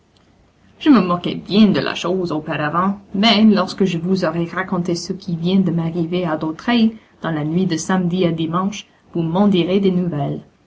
je me moquais bien de la chose auparavant mais lorsque je vous aurai raconté ce qui vient de m'arriver à dautraye dans la nuit de samedi à dimanche vous m'en direz des nouvelles